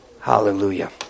Hallelujah